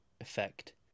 effect